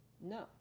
No